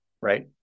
right